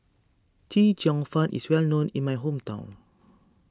Chee Cheong Fun is well known in my hometown